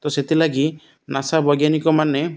ତ ସେଥିଲାଗି ନାଶା ବୈଜ୍ଞାନିକମାନେ